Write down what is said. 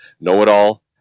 KNOW-IT-ALL